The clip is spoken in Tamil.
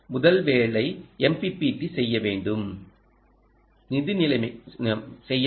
முதல் தேவை MPPT செய்ய வேண்டும்